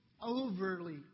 overly